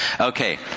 Okay